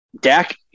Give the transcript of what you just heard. Dak